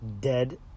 dead